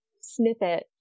snippet